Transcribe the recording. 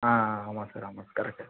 ஆ ஆமாம் சார் ஆமா sir correct